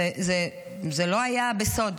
וזה לא היה בסוד.